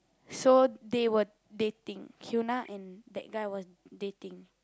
so they were dating hyuna and that guy was dating